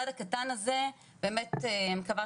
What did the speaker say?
זאת אומרת מבחינתי הצעד הקטן הזה באמת אני מקווה